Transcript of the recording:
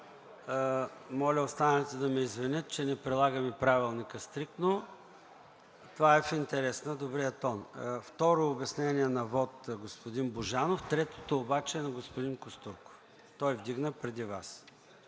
Моля останалите да ме извинят, че не прилагам Правилника стриктно. Това е в интерес на добрия тон. Второ обяснение на вот – господин Божанов, третото обаче е на господин Костурков –той вдигна преди Вас.